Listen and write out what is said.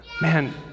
Man